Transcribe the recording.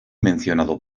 mencionado